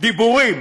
דיבורים.